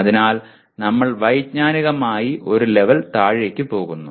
അതിനാൽ നമ്മൾ വൈജ്ഞാനികമായി ഒരു ലെവൽ താഴേക്ക് പോകുന്നു